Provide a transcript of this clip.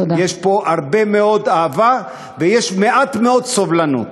יש פה הרבה מאוד אהבה ומעט מאוד סובלנות.